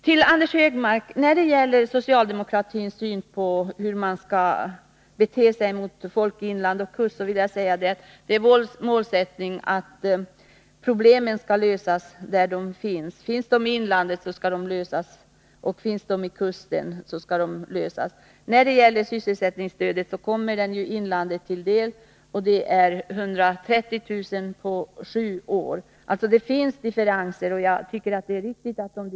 Till Anders Högmark: Beträffande socialdemokratins syn på hur man skall bete sig mot folk i inlandet och vid kusten vill jag säga: Det är vår målsättning att problemen skall lösas där de finns. Finns de i inlandet skall de lösas där, och finns de vid kusten skall de lösas där. Sysselsättningsstödet kommer inlandet till del. Det gäller 130 000 kr. på sju år. Det finns differenser, och jag tycker det är riktigt att de finns.